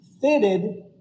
fitted